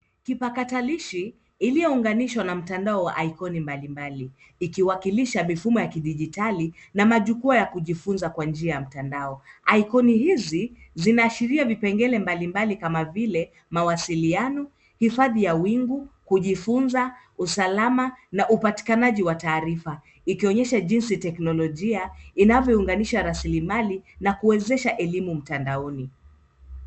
Kipatalishi iliyounganishwa na mtandao wa ikoni mbali mbali ,ikiwakilisha mifumo ya kijidigitali na majukwaa ya kujifunza kwa njia ya mtandao. Ikoni hizi zinaashiria vipengele mbali mbali kama vile mawasiliano ,hifadhi ya wingu ,kujifunza, usalama , na upatikanaji wa taarifa .Ikionyesha jinsi teknologia inavyounganisha raslimali na kuwezesha elimu mtandaoni.